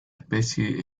especie